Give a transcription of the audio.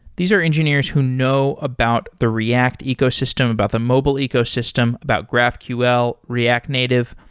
these are engineers who know about the react ecosystem, about the mobile ecosystem, about graphql, react native.